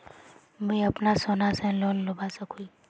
मुई अपना सोना से लोन लुबा सकोहो ही?